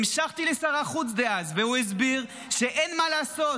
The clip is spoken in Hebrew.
המשכתי לשר החוץ דאז, והוא הסביר שאין מה לעשות,